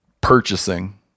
purchasing